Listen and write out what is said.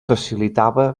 facilitava